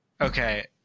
Okay